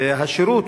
וזקוקים לשירות,